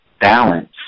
balance